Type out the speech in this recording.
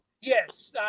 yes